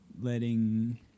letting